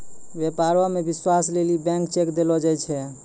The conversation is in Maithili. व्यापारो मे विश्वास लेली ब्लैंक चेक देलो जाय छै